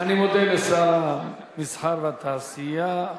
אני מודה לשר המסחר והתעשייה,